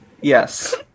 Yes